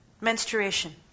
menstruation